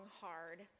hard